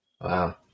wow